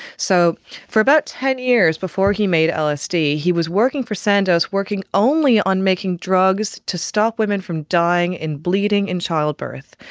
so for about ten years before he made lsd, he was working for sandoz, working only on making drugs to stop women from dying and bleeding in childbirth.